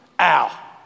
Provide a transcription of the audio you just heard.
Ow